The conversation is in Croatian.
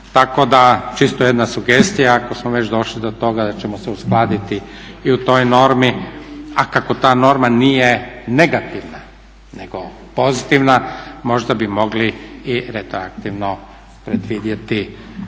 Tako da čisto jedna sugestija, ako smo već došli do toga da ćemo se uskladiti i u toj normi. A kako ta norma nije negativna nego pozitivna možda bi mogli i retroaktivno predvidjeti